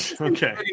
Okay